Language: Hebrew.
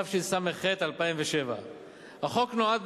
החוק נועד,